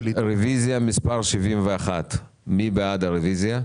רביזיה על פנייה מספר 71. מי בעד הרביזיה?